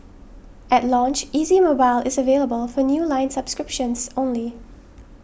at launch Easy Mobile is available for new line subscriptions only